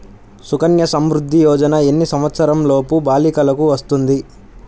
సుకన్య సంవృధ్ది యోజన ఎన్ని సంవత్సరంలోపు బాలికలకు వస్తుంది?